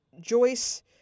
Joyce